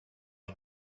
ich